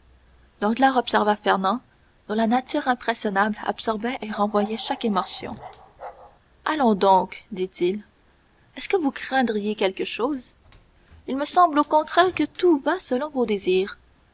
la douleur danglars observa fernand dont la nature impressionnable absorbait et renvoyait chaque émotion allons donc dit-il est-ce que vous craindriez quelque chose il me semble au contraire que tout va selon vos désirs